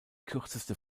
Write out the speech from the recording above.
kürzeste